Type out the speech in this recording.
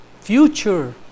future